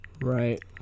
right